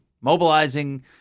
mobilizing